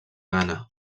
ghana